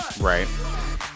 Right